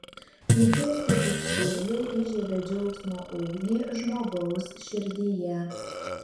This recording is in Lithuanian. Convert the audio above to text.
vilties kibirkštėlė įžiebia džiaugsmo ugnį žmogaus širdyje